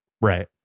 Right